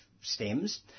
stems